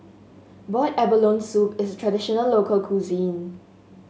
Boiled Abalone Soup is traditional local cuisine